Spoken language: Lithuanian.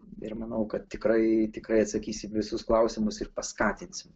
ir manau kad tikrai tikrai atsakysim į visus klausimus ir paskatinsim